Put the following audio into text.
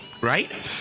right